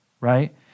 right